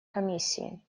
комиссии